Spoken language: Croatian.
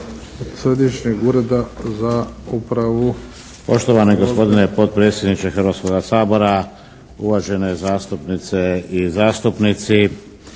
Središnjeg ureda za upravu.